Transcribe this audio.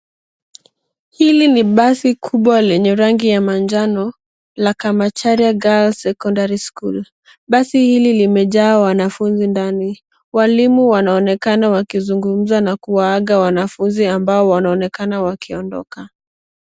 Hili ni basi kubwa lenye rangi ya manjano la Kamachara Girls Secondary School. Basi hili limejaa wanafunzi ndani. Walimu wanaonekana wakizungumza na kuwaaga wanafunzi ambao wanaonekana wakiondoka.